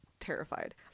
terrified